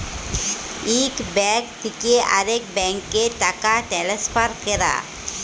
ইক ব্যাংক থ্যাকে আরেক ব্যাংকে টাকা টেলেসফার ক্যরা